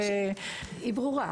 היא ברורה.